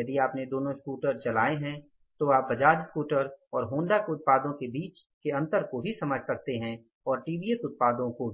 यदि आपने दोनों स्कूटर चलाए हैं तो आप बजाज स्कूटर और होंडा के उत्पादों के बीच के अंतर को भी समझ सकते हैं और टीवीएस उत्पादों को